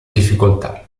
difficoltà